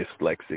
dyslexic